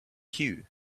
cue